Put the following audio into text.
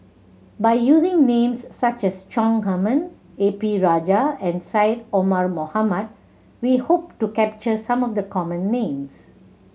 by using names such as Chong Heman A P Rajah and Syed Omar Mohamed we hope to capture some of the common names